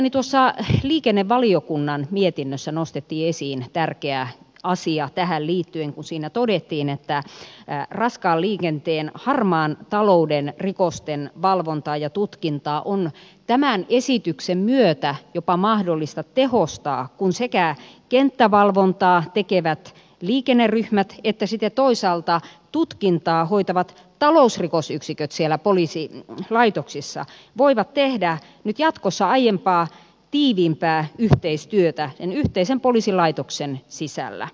mielestäni tuossa liikennevaliokunnan mietinnössä nostettiin esiin tärkeä asia tähän liittyen kun siinä todettiin että raskaan liikenteen harmaan talouden rikosten valvontaa ja tutkintaa on tämän esityksen myötä jopa mahdollista tehostaa kun sekä kenttävalvontaa tekevät liikenneryhmät että sitten toisaalta tutkintaa hoitavat talousrikosyksiköt siellä poliisilaitoksissa voivat tehdä nyt jatkossa aiempaa tiiviimpää yhteistyötä sen yhteisen poliisilaitoksen sisällä